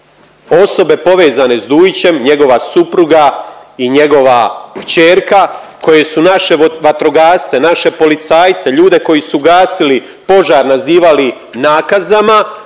osobe povezane s Dujićem, njegova supruga i njegova kćerka, koje su naše vatrogasce, naše policajce, ljude koji su gasili požar nazivali nakazama,